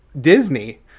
Disney